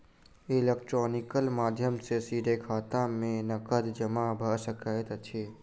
electronical माध्यम सॅ सीधे खाता में नकद जमा भ सकैत अछि